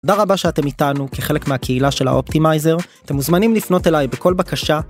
תודה רבה שאתם איתנו כחלק מהקהילה של האופטימייזר. אתם מוזמנים לפנות אליי בכל בקשה